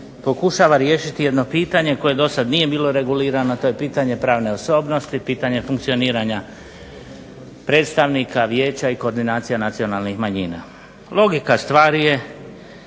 pokušava riješiti jedno pitanje koje dosad nije bilo regulirano, a to je pitanje pravne osobnosti, pitanje funkcioniranja predstavnika, Vijeća i koordinacija nacionalnih manjina. Logika stvari je